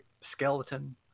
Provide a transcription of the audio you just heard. skeleton